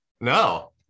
No